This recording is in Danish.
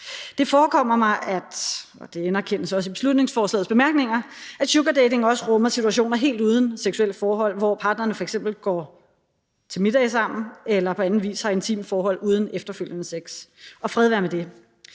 bemærkninger, at sugardating også rummer situationer helt uden seksuelle forhold, hvor parterne f.eks. går til middage sammen eller på anden vis har intime forhold uden efterfølgende sex